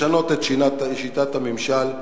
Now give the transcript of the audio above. לשנות את שיטת הממשל,